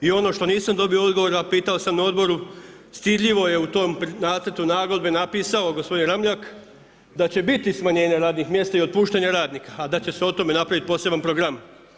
I ono što nisam dobio odgovor a pitao sam na odboru stidljivo je u tom nacrtu nagodbe napisao gospodin Ramljak da će biti smanjenja radnih mjesta i otpuštanja radnika a da će se o tome napraviti poseban program.